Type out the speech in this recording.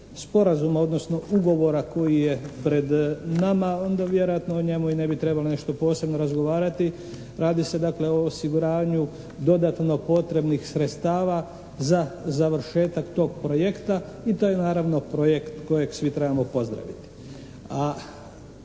sporazuma, odnosno ugovora koji je pred nama onda vjerojatno o njemu i ne bi trebalo nešto posebno razgovarati. Radi se dakle o osiguranju dodatno potrebnih sredstava za završetak tog projekta i to je naravno projekt kojeg svi trebamo pozdraviti,